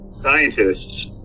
scientists